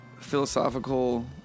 philosophical